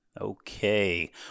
Okay